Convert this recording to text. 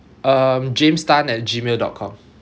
um james tan at G mail dot com